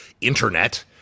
internet